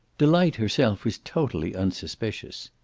delight herself was totally unsuspicious.